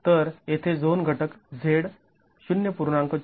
तर येथे झोन घटक Z ०